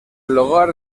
hogar